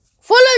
Follow